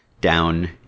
down